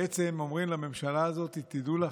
שאומרים לממשלה הזאת: תדעו לכם,